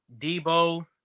Debo